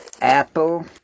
Apple